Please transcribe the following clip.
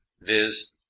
viz